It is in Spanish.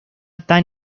tan